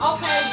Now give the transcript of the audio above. Okay